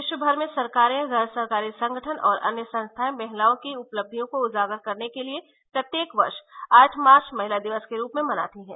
विश्वभर में सरकारें गैर सरकारी संगठन और अन्य संस्थाएं महिलाओं की उपलब्धियों को उजागर करने के लिए प्रत्येक वर्ष आठ मार्च महिला दिवस के रूप में मनाती हैं